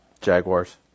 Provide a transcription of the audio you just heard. jaguars